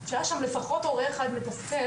שהיה שם לפחות הורה אחד מתפקד,